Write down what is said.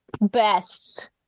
best